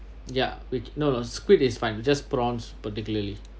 ya with no no squids it's fine just prawns particularly